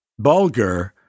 bulgur